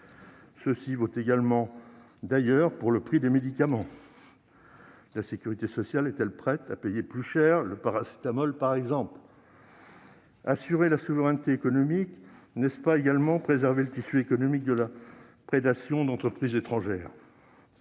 Cela vaut également, d'ailleurs, pour le prix des médicaments : la sécurité sociale est-elle prête à payer plus cher le paracétamol, par exemple ? Assurer la souveraineté économique, n'est-ce pas également préserver le tissu économique de la prédation d'entreprises étrangères ?